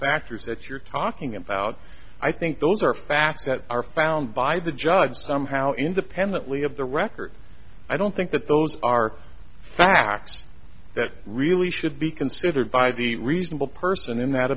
factors that you're talking about i think those are facts that are found by the judge somehow independently of the record i don't think that those are facts that really should be considered by the reasonable person in that